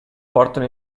portano